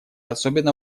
особенно